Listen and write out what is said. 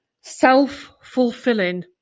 Self-fulfilling